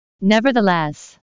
Nevertheless